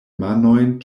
manojn